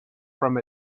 from